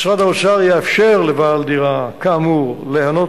משרד האוצר יאפשר לבעל דירה כאמור ליהנות